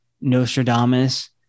nostradamus